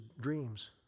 dreams